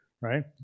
right